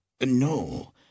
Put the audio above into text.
No